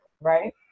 Right